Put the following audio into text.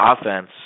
offense